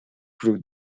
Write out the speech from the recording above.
grew